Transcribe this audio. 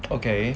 okay